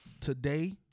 today